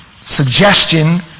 suggestion